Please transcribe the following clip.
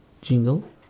jingle